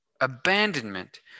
abandonment